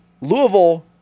Louisville